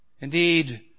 Indeed